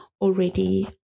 already